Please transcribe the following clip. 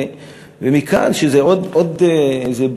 ומכאן שזה עוד איזה,